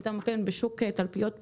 בשוק תלפיות בהדר,